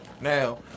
Now